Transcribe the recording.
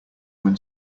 when